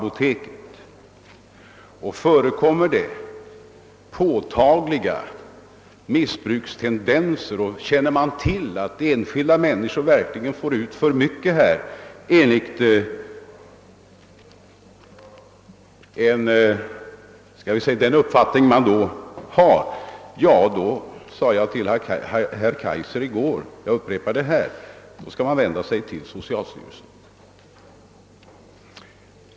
Om det förekommer påtagliga missbrukstendenser och man får kännedom om att enskilda människor verkligen får ut för mycket medicin i förhållande till vad som kan anses befogat, kan man vända sig till socialstyrelsen.